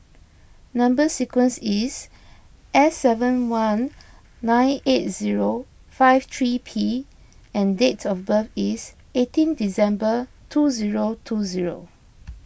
Number Sequence is S seven one nine eight zero five three P and date of birth is eighteen December two zero two zero